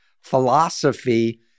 philosophy